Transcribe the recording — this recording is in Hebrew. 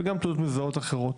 וגם תעודות מזהות אחרות.